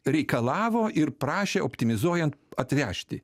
reikalavo ir prašė optimizuojant atvežti